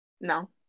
No